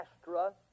Astra